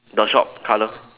the shop colour